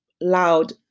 loud